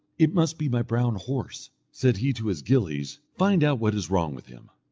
it must be my brown horse, said he to his gillies find out what is wrong with him.